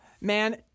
Man